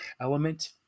element